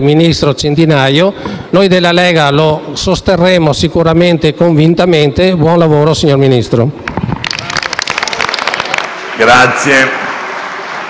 ministro Centinaio. Noi della Lega lo sosterremo sicuramente e convintamente. Buon lavoro, signor Ministro.